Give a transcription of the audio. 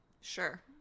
Sure